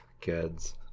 kids